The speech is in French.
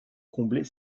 combler